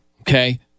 okay